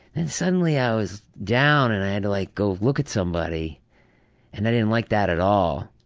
and suddenly i was down and i had to like go look at somebody and i didn't like that at all.